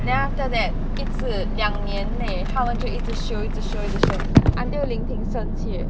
then after that 一次两年内他们就一直修一直修一直修 until ling ting 生气 eh